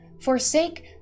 forsake